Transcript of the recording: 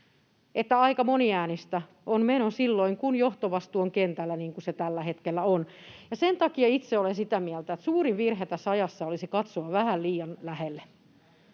että aika moniäänistä on meno silloin, kun johtovastuu on kentällä, niin kuin se tällä hetkellä on, ja sen takia itse olen sitä mieltä, että suurin virhe tässä ajassa olisi katsoa vähän liian lähelle.